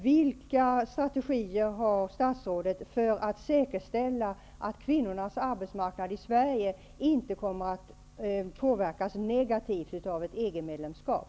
Vilken strategi har statsrådet för att säkerställa att kvinnornas arbetsmarknad i Sverige inte kommer att påverkas negativt av ett EG-medlemskap?